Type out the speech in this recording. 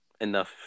enough